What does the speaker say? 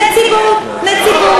נציבות.